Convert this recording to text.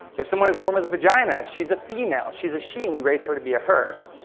if someone is born with a vagina, she's a female. she's a she, and we raise her to be a her.